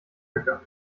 höcker